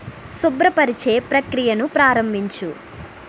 శుభ్రపరిచే ప్రక్రియను ప్రారంభించు